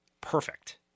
perfect